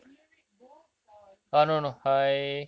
so do you read books or you get information